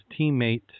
teammate